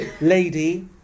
lady